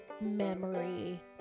memory